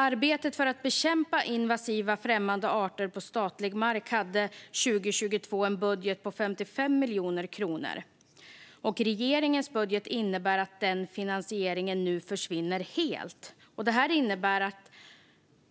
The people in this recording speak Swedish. Arbetet för att bekämpa invasiva, främmande arter på statlig mark hade 2022 en budget på 55 miljoner kronor. Regeringens budget innebär att denna finansiering försvinner helt. Detta medför att